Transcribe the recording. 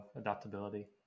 adaptability